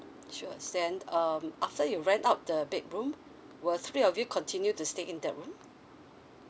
sure then um after you rent out the bedroom were three of you continue to stay in that room